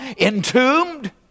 entombed